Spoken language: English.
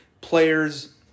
players